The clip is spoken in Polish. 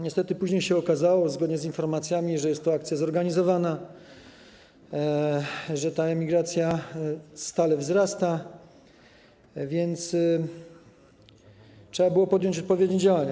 Niestety później się okazało, zgodnie z informacjami, że jest to akcja zorganizowana, że ta emigracja stale wzrasta, więc trzeba było podjąć odpowiednie działania.